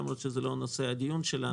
למרות שזה לא נושא הדיון שלנו.